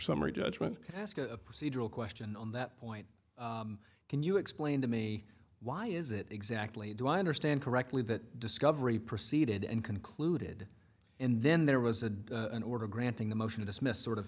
summary judgment ask a procedural question on that point can you explain to me why is it exactly do i understand correctly that discovery proceeded and concluded and then there was a an order granting the motion to dismiss sort of